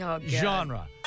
genre